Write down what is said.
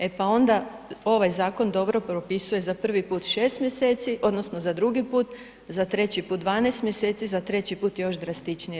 E pa onda ovaj zakon dobro propisuje za prvi put 6 mjeseci odnosno za 2 put, za 3 put 12 mjeseci, za 3 put još drastičnije.